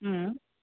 हम्म